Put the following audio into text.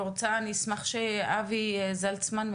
אבי זלצמן,